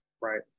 right